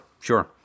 sure